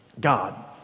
God